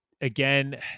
again